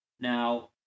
Now